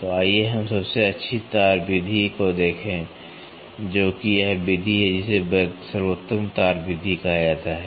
तो आइए हम सबसे अच्छी तार विधि को देखें जो कि यह विधि है जिसे सर्वोत्तम तार विधि कहा जाता है